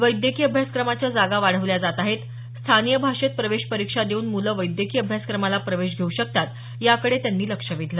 वैद्यकीय अभ्यासक्रमाच्या जागा वाढवल्या जात आहेत स्थानीय भाषेत प्रवेश परीक्षा देऊन मुलं वैद्यकीय अभ्यासक्रमाला प्रवेश घेऊ शकतात याकडे त्यांनी लक्ष वेधलं